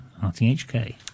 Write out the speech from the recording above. RTHK